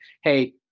hey